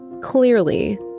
Clearly